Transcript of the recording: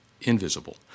invisible